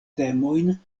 temojn